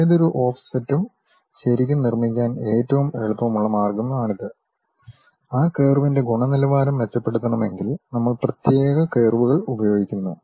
ഏതൊരു ഓഫ്സെറ്റും ശരിക്കും നിർമ്മിക്കാൻ ഏറ്റവും എളുപ്പമുള്ള മാർഗ്ഗമാണിത് ആ കർവിന്റെ ഗുണനിലവാരം മെച്ചപ്പെടുത്തണമെങ്കിൽ നമ്മൾ പ്രത്യേക കർവുകൾ ഉപയോഗിക്കുന്നു